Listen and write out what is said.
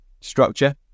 structure